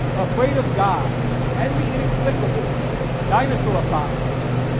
afraid of god and the inexplicable dinosaur fossils.